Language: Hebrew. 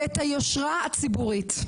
ואת היושרה הציבורית.